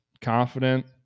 Confident